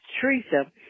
Teresa